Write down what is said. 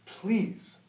Please